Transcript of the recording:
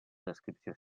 descripció